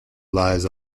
lies